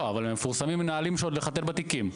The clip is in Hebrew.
לא, אבל מפורסמים נהלים של לחטט בתיקים.